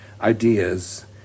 ideas